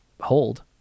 hold